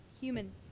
human